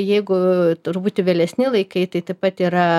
jeigu truputį vėlesni laikai tai taip pat yra